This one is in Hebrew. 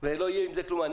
ולא יהיה עם זה כלום.